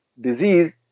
disease